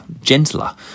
gentler